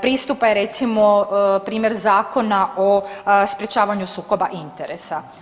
pristupa je recimo primjer Zakona o sprječavanju sukoba interesa.